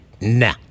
nah